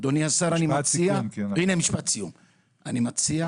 אדוני השר, אני מציע